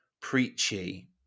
preachy